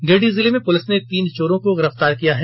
गिरिडीह जिले में पुलिस ने तीन चोरों को गिरफ्तार किया है